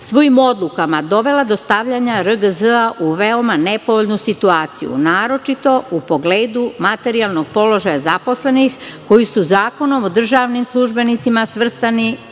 svojim odlukama dovela do stavljanja RGZ u veoma nepovoljnu situaciju, naročito u pogledu materijalnog položaja zaposlenih koji su Zakonom o državnim službenicima svrstani u